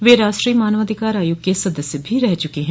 वे राष्ट्रीय मानवाधिकार आयोग के सदस्य भी रह चुके हैं